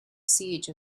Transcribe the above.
siege